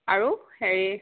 আৰু হেৰি